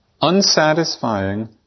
Unsatisfying